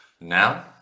now